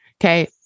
Okay